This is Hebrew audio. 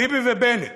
ביבי ובנט,